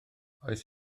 oes